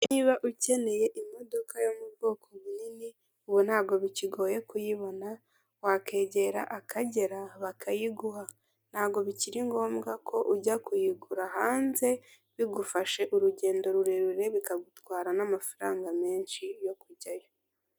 Niba ukeneye imodoka yo mu bwoko bunini, ubu ntabwo bikigoye kuyibona, wakwegera akagera bakayiguha, ntabwo bikiri ngombwa ko ujya kuyigura hanze, bigufashe urugendo rurerure, bikagutwara n'amafaranga menshi yo kujyayo.